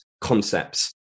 concepts